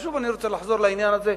ושוב אני רוצה לחזור לעניין הזה.